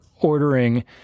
ordering